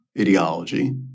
ideology